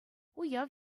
уяв